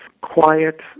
quiet